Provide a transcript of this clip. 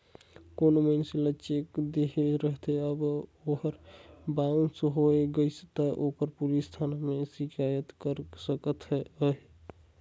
कोनो मइनसे ल चेक देहे रहबे अउ ओहर बाउंस होए गइस ता ओहर पुलिस थाना में सिकाइत कइर सकत अहे